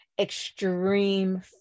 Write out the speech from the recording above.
extreme